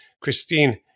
Christine